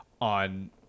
on